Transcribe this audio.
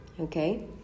okay